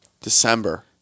December